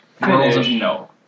No